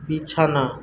বিছানা